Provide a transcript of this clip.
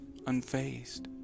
unfazed